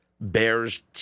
Bears